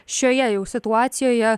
šioje jau situacijoje